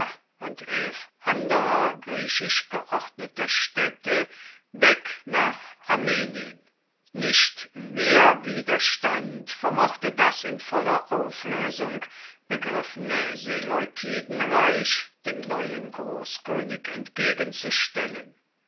und elf anderer griechisch geordneter städte weg nach armenien nicht mehr widerstand vermochte das in voller auflösung begriffene seleukidenreich dem neuen großkönig entgegenzustellen